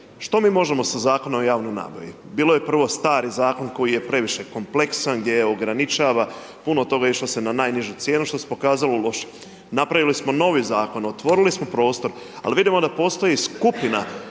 što mi možemo sa Zakonom o javnoj nabavi. Bio je prvo stari zakon koji je previše kompleksan, gdje ograničava puno toga, išlo se na najnižu cijenu što se pokazalo lošim. Napravili smo novi zakon, otvorili smo prostor, ali vidimo da postoji skupina